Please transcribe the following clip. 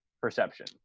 perception